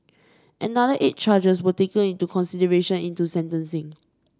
another eight charges were taken into consideration into sentencing